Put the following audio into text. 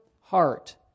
heart